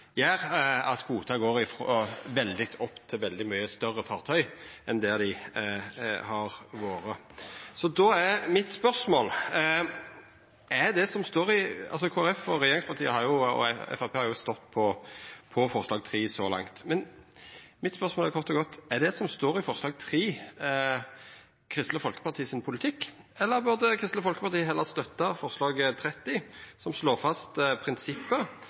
at kvoten går veldig opp, til veldig mykje større fartøy enn det det har vore. Kristeleg Folkeparti og regjeringspartia og Framstegspartiet har stått på forslag III så langt. Mitt spørsmål er kort og godt: Er det som står i forslag III, Kristeleg Folkeparti sin politikk, eller burde Kristeleg Folkeparti heller støtta forslag nr. 30, som slår fast prinsippet,